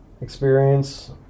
experience